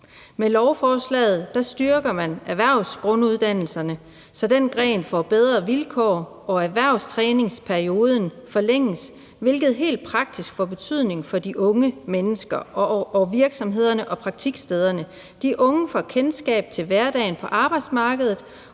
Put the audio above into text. Med lovforslaget styrker man erhvervsgrunduddannelserne, så den gren får bedre vilkår, og erhvervstræningsperioden forlænges, hvilket helt praktisk får betydning for de unge mennesker, virksomhederne og praktikstederne. De unge får kendskab til hverdagen på arbejdsmarkedet